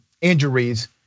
injuries